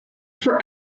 for